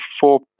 four